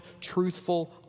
truthful